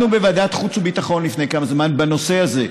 ישבנו בוועדת חוץ וביטחון לפני כמה זמן בנושא הזה.